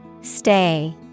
Stay